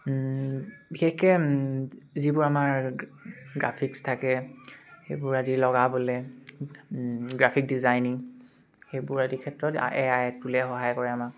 বিশেষকে যিবোৰ আমাৰ গ্ৰাফিক্স থাকে সেইবোৰ আদি লগাবলে গ্ৰাফিক ডিজাইনিং সেইবোৰ আদিৰ ক্ষেত্ৰত এ আই টুলে সহায় কৰে আমাক